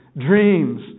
Dreams